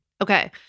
Okay